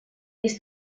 есть